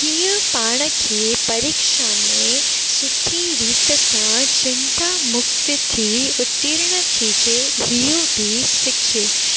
कीअं पाण खे परीक्षा में सुठी रीति सां मां चिंता मुक्त थी उतीरण थी जंहिं इहो बि सिखियो